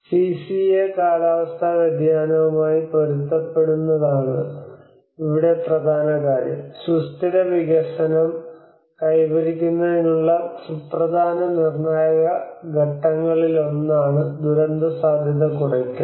CCA കാലാവസ്ഥാ വ്യതിയാനവുമായി പൊരുത്തപ്പെടുന്നതാണ് ഇവിടെ പ്രധാന കാര്യം സുസ്ഥിര വികസനം കൈവരിക്കുന്നതിനുള്ള സുപ്രധാന നിർണായക ഘട്ടങ്ങളിലൊന്നാണ് ദുരന്തസാധ്യത കുറയ്ക്കൽ